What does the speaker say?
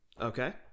Okay